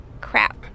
Crap